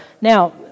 Now